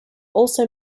also